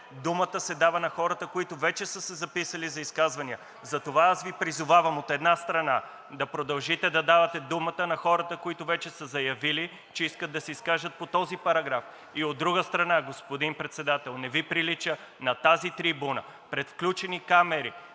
думата се дава на хората, които вече са се записали за изказвания. Затова аз Ви призовавам, от една страна, да продължите да давате думата на хората, които вече са заявили, че искат да се изкажат по този параграф. И от друга страна, господин Председател, не Ви прилича на тази трибуна пред включени камери,